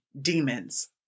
demons